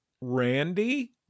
Randy